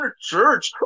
church